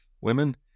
Women